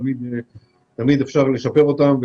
שתמיד אפשר לשפר אותם.